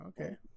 Okay